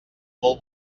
molt